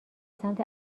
سمت